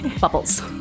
bubbles